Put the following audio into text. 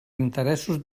interessos